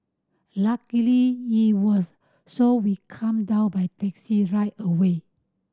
luckily it was so we come down by taxi right away